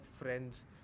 friends